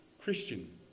Christian